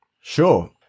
Sure